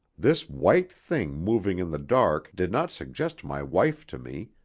this white thing moving in the dark did not suggest my wife to me,